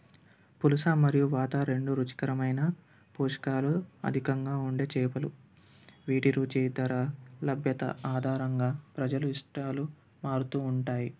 పులస మరియు వాత రెండు రుచికరమైన పోషకాలు అధికంగా ఉండే చేపలు వీటి రుచి ధర లభ్యత ఆధారంగా ప్రజలు ఇష్టాలు మారుతు ఉంటాయి